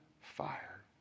fire